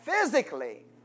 physically